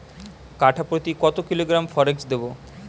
কাঠাপ্রতি কত কিলোগ্রাম ফরেক্স দেবো?